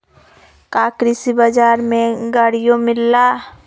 का कृषि बजार में गड़ियो मिलेला?